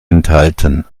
enthalten